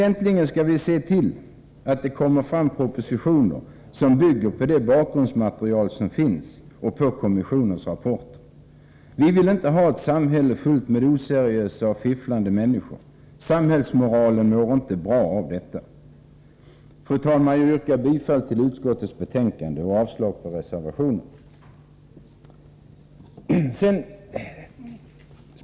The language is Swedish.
Äntligen skall vi se till att propositioner läggs fram som bygger på det material som finns och på kommissionens rapporter. Vi vill inte ha ett samhälle fullt med oseriösa och fifflande människor. Det vore inte bra för samhällsmoralen. Fru talman! Jag yrkar bifall till utskottets hemställan samt avslag på reservationen.